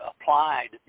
applied